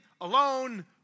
alone